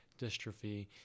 dystrophy